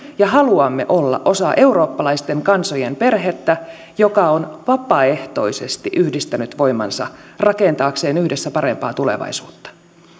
ja haluamme olla osa eurooppalaisten kansojen perhettä joka on vapaaehtoisesti yhdistänyt voimansa rakentaakseen yhdessä parempaa tulevaisuutta